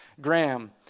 Graham